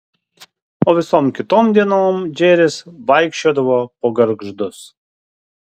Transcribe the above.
o visom kitom dienom džeris vaikščiodavo po gargždus